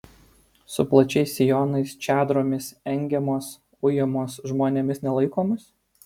su plačiais sijonais čadromis engiamos ujamos žmonėmis nelaikomos